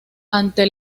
ante